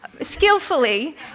skillfully